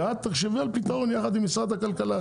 ואת תחשבי על פתרון ביחד עם משרד הכלכלה.